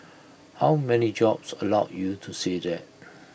how many jobs allow you to say that